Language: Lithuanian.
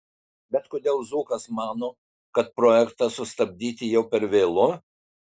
bet kodėl zuokas mano kad projektą sustabdyti jau per vėlu